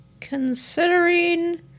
Considering